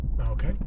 okay